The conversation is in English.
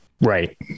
Right